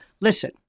listen